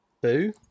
Boo